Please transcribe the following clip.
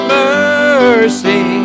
mercy